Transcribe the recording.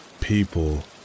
people